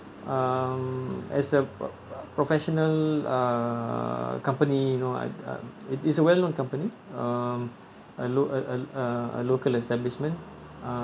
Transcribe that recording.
um as a a a professional uh company you know uh uh it's a well known company uh a lo~ a a a local establishment uh